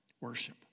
worship